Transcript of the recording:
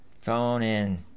phone-in